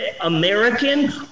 American